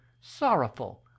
sorrowful